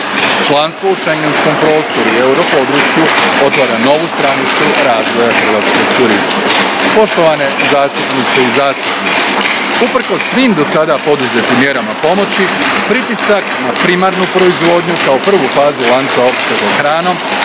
Članstvo u Schengenskom prostoru i europodručju otvara novu stranicu razvoja hrvatskog turizma. Poštovane zastupnice i zastupnici, usprkos svim do sada poduzetim mjerama pomoći, pritisak na primarnu proizvodnju, kao prvu fazu lanca opskrbe hranom